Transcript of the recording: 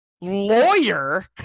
lawyer